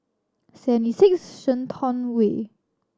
Seventy Six Shenton Way